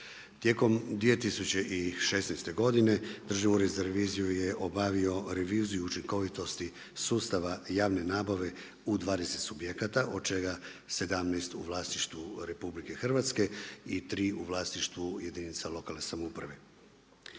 Tijekom 2016. Državni ured za reviziju je obavio reviziju učinkovitosti sustava javne nabave u 20 subjekata od čeka 17 u vlasništvu RH i 3 u vlasništvu jedinica lokalne samouprave.